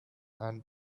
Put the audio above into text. and